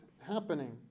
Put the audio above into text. happening